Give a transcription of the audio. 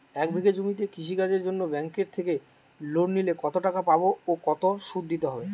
এক বিঘে জমিতে কৃষি কাজের জন্য ব্যাঙ্কের থেকে লোন নিলে কত টাকা পাবো ও কত শুধু দিতে হবে?